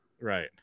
Right